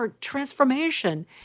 transformation